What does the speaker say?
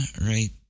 right